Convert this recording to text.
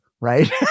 right